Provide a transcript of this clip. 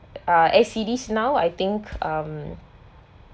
ah as it is now I think um